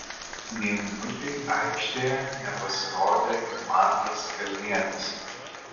nė minutei aikštėje nepasirodė ir mantas kalnietis